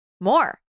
more